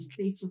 Facebook